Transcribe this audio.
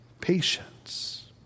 patience